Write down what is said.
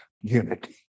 unity